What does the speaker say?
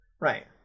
Right